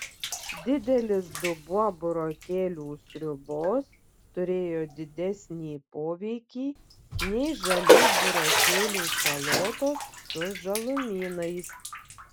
didelis dubuo burokėlių sriubos turėjo didesnį poveikį nei žalių burokėlių salotos su žalumynais